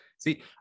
See